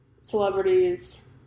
celebrities